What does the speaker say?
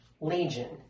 legion